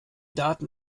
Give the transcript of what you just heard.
daten